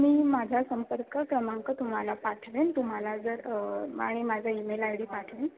मी माझा संपर्क क्रमांक तुम्हाला पाठवेन तुम्हाला जर आणि माझा ईमेल आय डी पाठवेन